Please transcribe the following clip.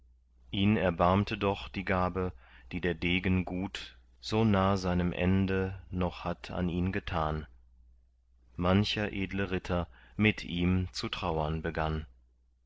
ihn erbarmte doch die gabe die der degen gut so nah seinem ende noch hatt an ihn getan mancher edle ritter mit ihm zu trauern begann